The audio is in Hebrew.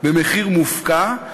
במחיר מופקע,